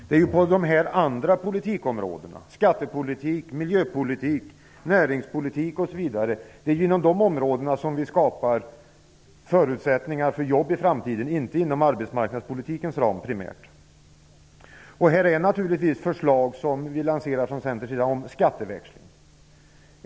Det är ju inom områden som skattepolitik, miljöpolitik, näringspolitik osv. som man kan skapa förutsättningar för jobb i framtiden - inte primärt inom arbetsmarknadspolitikens ram. Här finns förslag som lanseras från Centerns sida om skatteväxling.